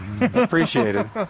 appreciated